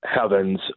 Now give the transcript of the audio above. heavens